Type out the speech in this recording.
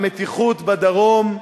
המתיחות בדרום,